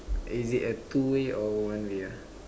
is it a two way or one way ah